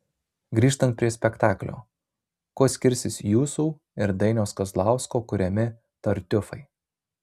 grįžtant prie spektaklio kuo skirsis jūsų ir dainiaus kazlausko kuriami tartiufai